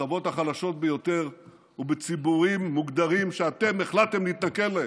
בשכבות החלשות ביותר ובציבורים מוגדרים שאתם החלטתם להתנכל אליהם,